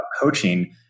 coaching